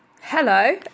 Hello